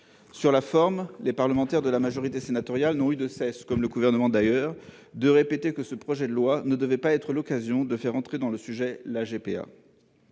Sur la forme, les parlementaires de la majorité sénatoriale n'ont eu de cesse, comme le Gouvernement d'ailleurs, de répéter que l'examen de ce projet de loi ne devait pas être l'occasion de débattre de la GPA.